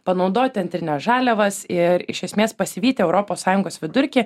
panaudoti antrines žaliavas ir iš esmės pasivyti europos sąjungos vidurkį